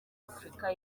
afurika